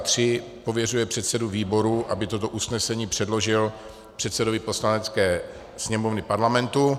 III. pověřuje předsedu výboru, aby toto usnesení předložil předsedovi Poslanecké sněmovny Parlamentu;